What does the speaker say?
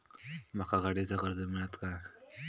माका गाडीचा कर्ज मिळात काय?